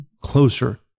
closer